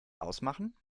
ausmachen